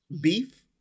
beef